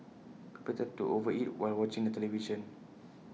people tend to over eat while watching the television